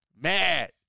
mad